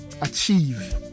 Achieve